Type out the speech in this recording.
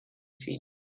ziehen